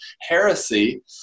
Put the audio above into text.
heresy